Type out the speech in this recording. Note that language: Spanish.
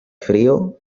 frío